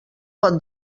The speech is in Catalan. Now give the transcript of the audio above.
pot